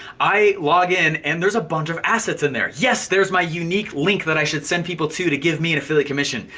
i log in and there's a bunch of assets in there. yes, there's my unique link that i should send people to, to give me an affiliate commission.